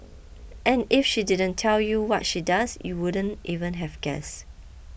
and if she didn't tell you what she does you wouldn't even have guessed